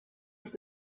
ist